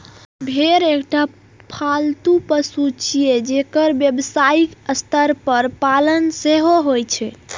भेड़ एकटा पालतू पशु छियै, जेकर व्यावसायिक स्तर पर पालन सेहो होइ छै